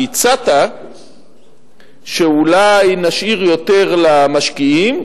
כי הצעת שאולי נשאיר יותר למשקיעים,